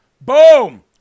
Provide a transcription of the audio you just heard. Boom